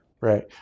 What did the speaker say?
Right